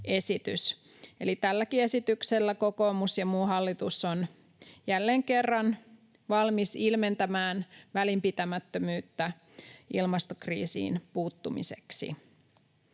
tälläkin esityksellä kokoomus ja muu hallitus ovat jälleen kerran valmiita ilmentämään välinpitämättömyyttä ilmastokriisiin puuttumiseksi.